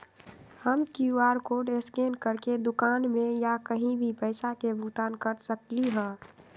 हम QR code scan करके दुकान में या कहीं भी पैसा के भुगतान कर सकली ह?